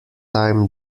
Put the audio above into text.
time